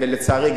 לצערי,